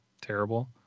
terrible